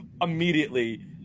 immediately